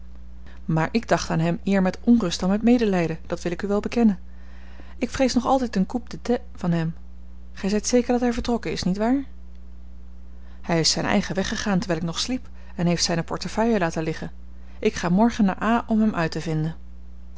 maar ik dacht aan hem eer met onrust dan met medelijden dat wil ik u wel bekennen ik vrees nog altijd een coup de tête van hem gij zijt zeker dat hij vertrokken is niet waar hij is zijn eigen weg gegaan terwijl ik nog sliep en heeft zijne portefeuille laten liggen ik ga morgen naar a om hem uit te vinden